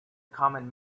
common